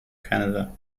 canada